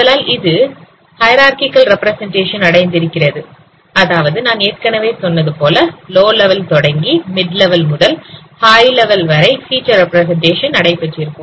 ஆதலால் அது hierarchical representation அடைந்திருக்கிறது அதாவது நான் ஏற்கனவே சொன்னது போல லோ லெவல் தொடங்கி மிட் லெவல் முதல் ஹாய் லெவல் வரை ஃபிச்சர் ரெப்பிரசெண்டேஷன் நடைபெற்றிருக்கும்